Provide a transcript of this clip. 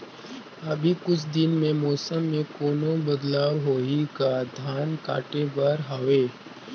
अभी कुछ दिन मे मौसम मे कोनो बदलाव होही का? धान काटे बर हवय?